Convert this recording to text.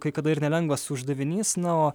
kai kada ir nelengvas uždavinys na o